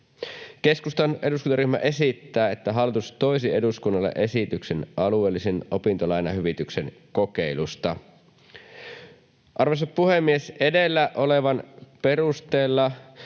Keskustan eduskuntaryhmä esittää, että hallitus toisi eduskunnalle esityksen alueellisen opintolainahyvityksen kokeilusta. Arvoisa puhemies! Edellä olevan perusteella